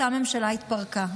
אותה ממשלה התפרקה,